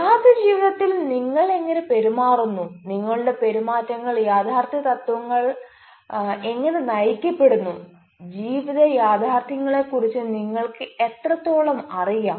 യാഥാർഥ്യ ജീവിതത്തിൽ നിങ്ങൾ എങ്ങനെ പെരുമാറുന്നു നിങ്ങളുടെ പെരുമാറ്റങ്ങൾ യാഥാർഥ്യ തത്വങ്ങളാൽ എങ്ങനെ നയിക്കപ്പെടുന്നു ജീവിത യാഥാർത്ഥ്യത്തെക്കുറിച്ച് നിങ്ങൾക്ക് എത്രത്തോളം അറിയാം